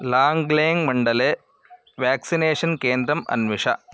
लाङ्ग्लेङ्ग् मण्डले व्याक्सिनेषन् केन्द्रम् अन्विष